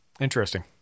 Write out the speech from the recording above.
Interesting